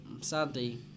sadly